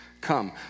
Come